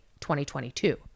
2022